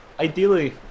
Ideally